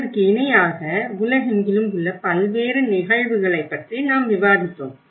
இதற்கு இணையாக உலகெங்கிலும் உள்ள பல்வேறு நிகழ்வுகளைப் பற்றி நாம் விவாதித்தோம்